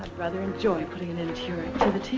rather enjoy putting an end to